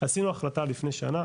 עשינו החלטה לפני שנה,